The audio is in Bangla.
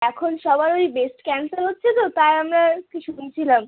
এখন সবার ওই ব্রেস্ট ক্যানসার হচ্ছে তো তাই আমরা আর কি শুনছিলাম